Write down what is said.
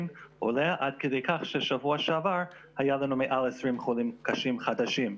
עולה עד כדי כך שבשבוע שעבר היו לנו מעל 20 חולים קשים חדשים.